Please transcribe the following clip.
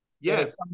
Yes